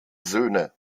söhne